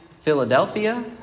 Philadelphia